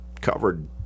covered